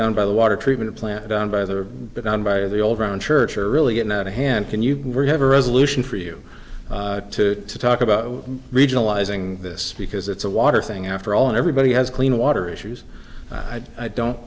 down by the water treatment plant down by the baton by the old round church are really getting out of hand can you we're have a resolution for you to talk about regionalizing this because it's a water thing after all and everybody has clean water issues i don't